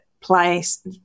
place